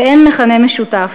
ואין מכנה משותף.